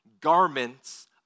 Garments